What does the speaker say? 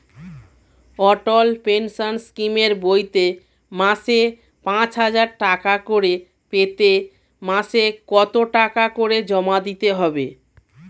অটল pension স্কিমের বইতে মাসে পাঁচ হাজার টাকা করে পেতে মাসে কত টাকা করে জমা দিতে হবে?